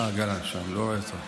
גלנט שם, אני לא רואה אותו.